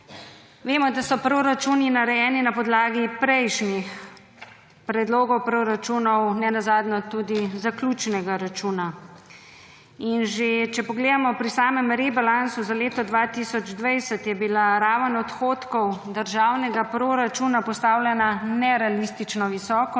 vemo, da so proračuni narejeni na podlagi prejšnjih predlogov proračunov, nenazadnje tudi zaključnega računa, in že, če pogledamo pri samem rebalansu za leto 2020, je bila raven odhodkov državnega proračuna postavljena nerealistično visoko,